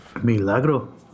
Milagro